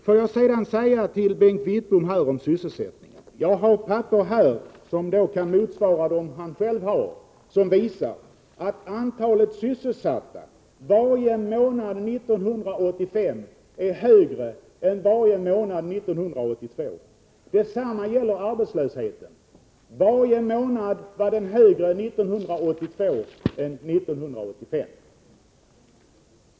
Får jag sedan säga till Bengt Wittbom att jag har papper här i min hand som kan motsvara dem han själv har och som visar att antalet sysselsatta varje månad 1985 är större än varje månad 1982. Arbetslösheten var varje månad 1982 högre än 1985.